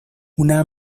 una